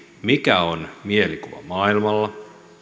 mikä on mielikuva maailmalla